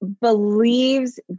believes